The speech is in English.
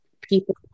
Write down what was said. people